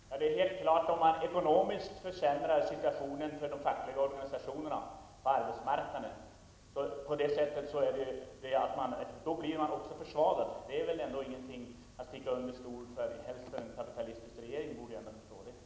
Fru talman! Det är helt klart att om man ekonomiskt situationen för de fattiga organisationerna på arbetsmarknaden blir de försvagade. Det är väl ingenting att sticka under stol med. Speciellt den kapitalistisk regering borde kunna förstå det.